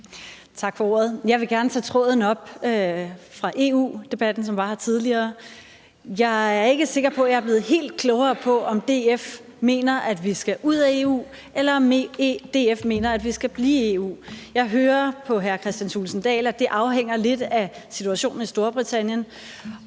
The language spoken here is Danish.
Tak for ordet. Jeg vil gerne tage tråden op fra den tidligere EU-debat. Jeg er ikke sikker på, at jeg er blevet meget klogere på, om DF mener, at vi skal ud af EU, eller om DF mener, at vi skal blive i EU. Jeg hører på hr. Kristian Thulesen Dahl, at det lidt afhænger af situationen i Storbritannien.